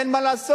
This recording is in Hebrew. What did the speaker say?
אין מה לעשות.